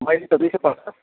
अहिले त दुई सौ पचास